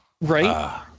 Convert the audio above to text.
Right